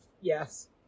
Yes